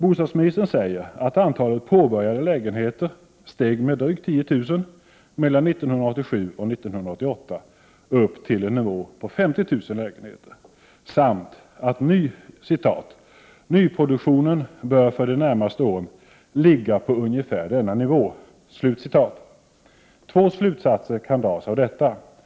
Bostadsministern säger att antalet påbörjade lägenheter steg med drygt 10 000 mellan åren 1987 och 1988, dvs. upp till en nivå på 50 000 lägenheter, samt att ”nyproduktionen bör för de närmaste åren ligga på ungefär denna nivå.” Två slutsatser kan dras av detta.